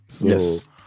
Yes